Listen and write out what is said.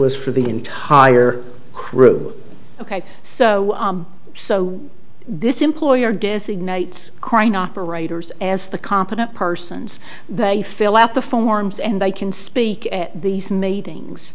was for the entire crew ok so so this employer designates crane operators as the competent persons they fill out the forms and they can speak at these meetings